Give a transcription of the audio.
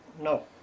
No